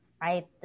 right